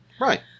Right